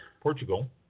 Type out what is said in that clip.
Portugal